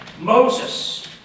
Moses